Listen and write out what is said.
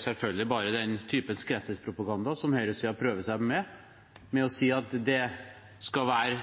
selvfølgelig bare den typen skremselspropaganda som høyresiden prøver seg med, ved å si at det skal være